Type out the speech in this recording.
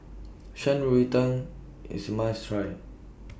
Shan Rui Tang IS must Try